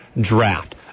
draft